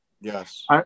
Yes